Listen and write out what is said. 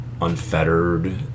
unfettered